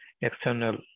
external